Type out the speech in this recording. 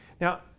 Now